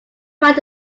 find